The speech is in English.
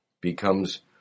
becomes